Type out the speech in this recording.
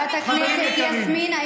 חברת הכנסת יסמין,